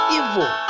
evil